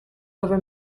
over